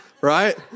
right